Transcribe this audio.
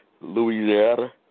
Louisiana